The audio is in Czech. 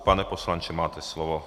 Pane poslanče, máte slovo.